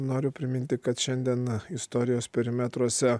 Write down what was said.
noriu priminti kad šiandien istorijos perimetruose